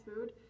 food